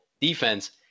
defense